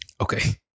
okay